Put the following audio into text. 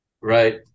right